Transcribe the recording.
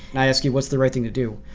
i ask you, what's the right thing to do?